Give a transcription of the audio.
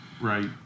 Right